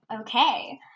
Okay